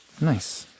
Nice